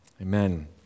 amen